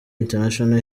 international